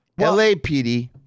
LAPD